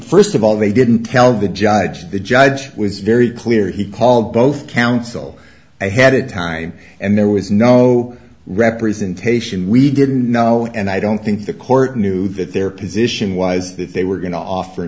first of all they didn't tell the judge the judge was very clear he called both counsel i had it time and there was no representation we didn't know and i don't think the court knew that their position was that they were going to offer